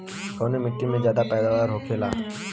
कवने मिट्टी में ज्यादा पैदावार होखेला?